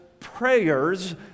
prayers